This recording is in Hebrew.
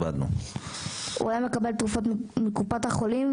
הוא היה מקבל תרופות מקופת החולים,